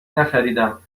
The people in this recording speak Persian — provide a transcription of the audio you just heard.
نخریدم